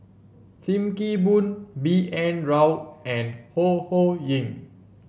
Sim Kee Boon B N Rao and Ho Ho Ying